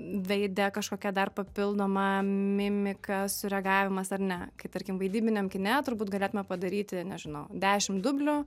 veide kažkokia dar papildoma mimika sureagavimas ar ne kai tarkim vaidybiniam kine turbūt galėtume padaryti nežinau dešim dublių